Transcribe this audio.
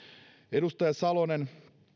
edustaja salonen